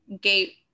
gate